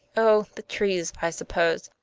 oh, the trees, i suppose!